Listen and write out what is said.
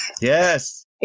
Yes